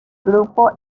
grupo